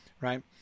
right